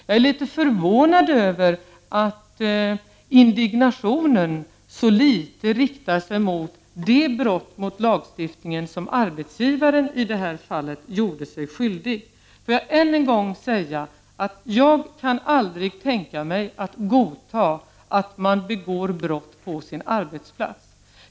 Jag är litet förvånad över att indignationen så litet riktar sig mot det brott mot lagstiftningen som arbetsgivaren i det här fallet har gjort sig skyldig till. Låt mig än en gång säga att jag aldrig kan tänka mig att godta att man begår brott på sin arbetsplats.